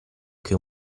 che